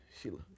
Sheila